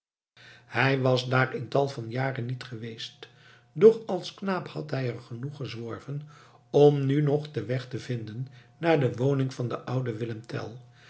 hij was daar in tal van jaren niet geweest doch als knaap had hij er genoeg gezworven om nu nog den weg te vinden naar de woning van den ouden willem tell